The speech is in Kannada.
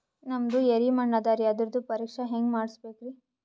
ನಮ್ದು ಎರಿ ಮಣ್ಣದರಿ, ಅದರದು ಪರೀಕ್ಷಾ ಹ್ಯಾಂಗ್ ಮಾಡಿಸ್ಬೇಕ್ರಿ?